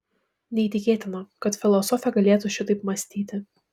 neįtikėtina kad filosofė galėtų šitaip mąstyti